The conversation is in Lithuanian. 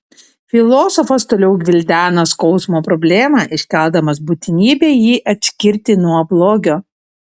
filosofas toliau gvildena skausmo problemą iškeldamas būtinybę jį atskirti nuo blogio